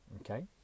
Okay